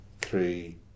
three